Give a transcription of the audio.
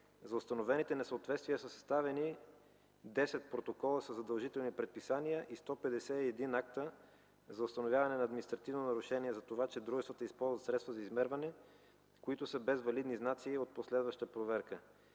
За установените несъответствия са съставени 10 протокола със задължителни предписания и 151 акта за установяване на административни нарушения, за това, че дружествата използват средства за измерване, които са без валидни знаци от последваща проверка.